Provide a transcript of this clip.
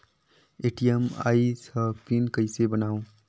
ATM आइस ह PIN कइसे बनाओ?